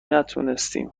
نتونستیم